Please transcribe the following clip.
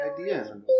idea